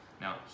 Now